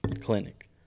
clinic